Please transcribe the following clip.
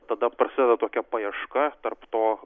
tada prasideda tokia paieška tarp to